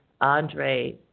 Andre